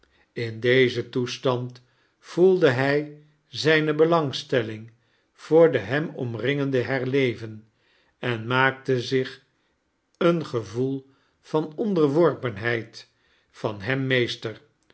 in defcen toestand voelde hij zijne beiangstelling voor de hem omriageaden herleven en maakte zich een gevoel van onderworpenhejd van hem meester